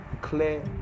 clear